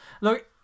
look